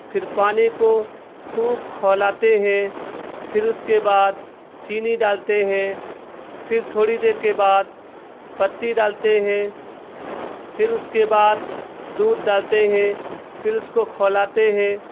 پھر پانی کو خوب کھولاتے ہیں پھر اس کے بعد چینی ڈالتے ہیں پھر تھوڑی دیر کے بعد پتی ڈالتے ہیں پھر اس کے بعد دودھ ڈالتے ہیں پھر اس کو کھولاتے ہیں